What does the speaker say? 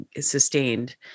sustained